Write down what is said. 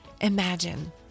Imagine